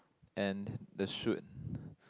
and the chute